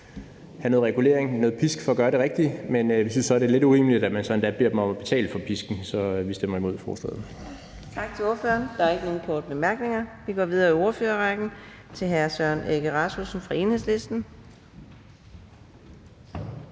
have noget regulering og noget pisk for at gøre det rigtige. Men vi synes så, at det er lidt urimeligt, at man så endda beder dem om at betale for pisken. Så vi stemmer imod forslaget.